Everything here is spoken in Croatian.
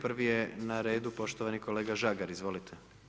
Prvi je na redu, poštovani kolega Žagar, izvolite.